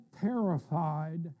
terrified